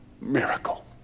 miracle